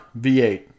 V8